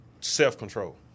self-control